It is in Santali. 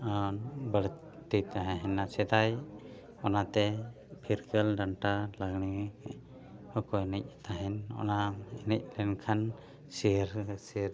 ᱟᱨ ᱵᱟᱹᱲᱛᱤ ᱛᱟᱦᱮᱱᱟ ᱥᱮᱫᱟᱭ ᱚᱱᱟᱛᱮ ᱯᱷᱤᱨᱠᱟᱹᱞ ᱰᱟᱱᱴᱟ ᱞᱟᱜᱽᱬᱮ ᱦᱚᱸ ᱠᱚ ᱮᱱᱮᱡ ᱛᱟᱦᱮᱱ ᱚᱱᱟ ᱮᱱᱮᱡ ᱞᱮᱱᱠᱷᱟᱱ ᱥᱤᱨ ᱥᱤᱨ